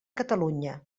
catalunya